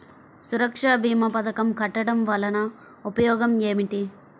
సురక్ష భీమా పథకం కట్టడం వలన ఉపయోగం ఏమిటి?